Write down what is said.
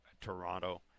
Toronto